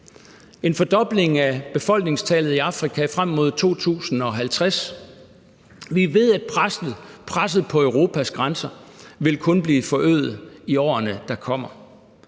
en fordobling af befolkningstallet i Afrika frem mod 2050. Vi ved, at presset på Europas grænser kun vil blive forøget i årene, der kommer.